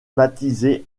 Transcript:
baptisé